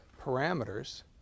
parameters